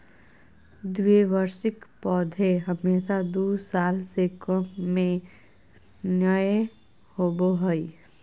द्विवार्षिक पौधे हमेशा दू साल से कम में नयय होबो हइ